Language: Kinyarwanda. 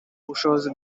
ubushobozi